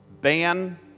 Ban